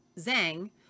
Zhang